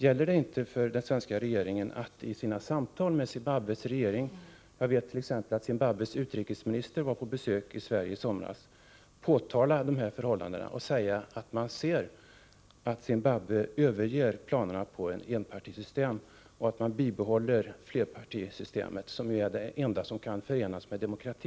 Borde inte den svenska regeringen i sina samtal med Zimbabwes regering — jag vet att Zimbabwes utrikesminister var på besök i Sverige i somras — påtala dessa förhållanden och säga att man helst ser att Zimbabwe överger planerna på enpartisystem och bibehåller flerpartisystem, som är det enda som kan förenas med demokrati.